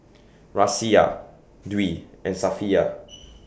Raisya Dwi and Safiya